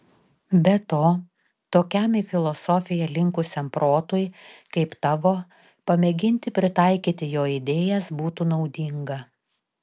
be to tokiam į filosofiją linkusiam protui kaip tavo pamėginti pritaikyti jo idėjas būtų naudinga